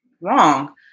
wrong